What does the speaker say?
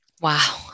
Wow